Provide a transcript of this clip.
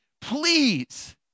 please